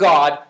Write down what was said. God